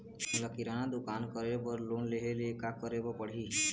मोला किराना दुकान करे बर लोन लेहेले का करेले पड़ही?